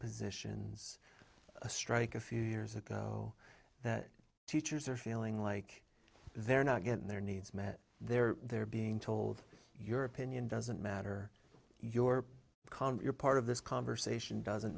impositions strike a few years ago that teachers are feeling like they're not getting their needs met they're they're being told your opinion doesn't matter your conure part of this conversation doesn't